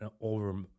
over